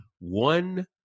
one